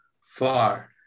far